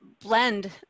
blend